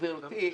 גבירתי,